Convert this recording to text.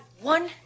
one